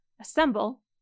assemble